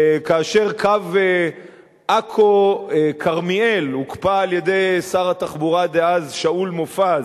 כאשר קו עכו כרמיאל הוקפא על-ידי שר התחבורה דאז שאול מופז,